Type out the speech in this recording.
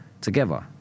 together